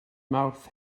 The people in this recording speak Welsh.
mawrth